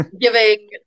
giving